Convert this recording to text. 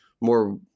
more